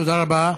תודה רבה.